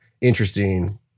interesting